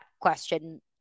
question